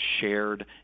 shared